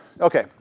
Okay